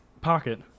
pocket